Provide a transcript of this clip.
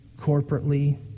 corporately